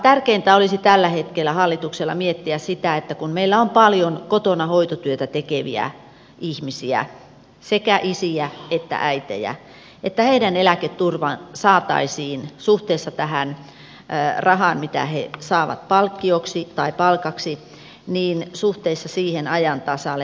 tärkeintä olisi tällä hetkellä hallituksen miettiä sitä kun meillä on paljon kotona hoitotyötä tekeviä ihmisiä sekä isiä että äitejä että heidän eläketurvansa saataisiin suhteessa tähän rahaan mitä he saavat palkkioksi tai palkaksi ajan tasalle